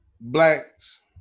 blacks